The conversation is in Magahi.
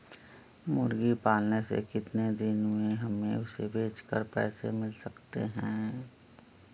मुर्गी पालने से कितने दिन में हमें उसे बेचकर पैसे मिल सकते हैं?